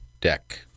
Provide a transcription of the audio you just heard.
deck